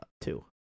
Two